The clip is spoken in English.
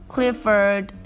Clifford